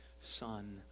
son